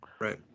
right